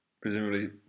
Presumably